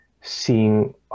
seeing